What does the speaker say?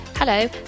Hello